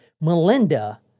Melinda